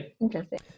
interesting